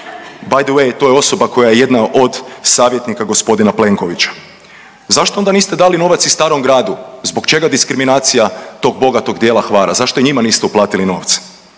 By the way to je osoba koja je jedna od savjetnika gospodina Plenkovića. Zašto onda niste dali novac i starom gradu? Zbog čega diskriminacija tog bogatog dijela Hvara? Zašto i njima niste uplatili novce?